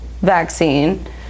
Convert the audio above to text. vaccine